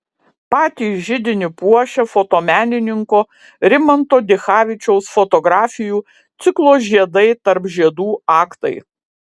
patį židinį puošia fotomenininko rimanto dichavičiaus fotografijų ciklo žiedai tarp žiedų aktai